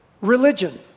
Religion